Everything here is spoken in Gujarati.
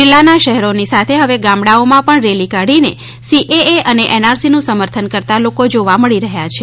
જિલ્લાના શહેરોની સાથે હવે ગામડાઓમાં પણ રેલી કાઢીને સીએએ અને એનઆરસીનુ સમર્થન કરતા લોકો જોવા મળી રહ્યા છે